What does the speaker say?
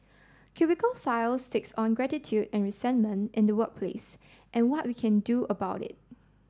cubicle files takes on gratitude and resentment in the workplace and what we can do about it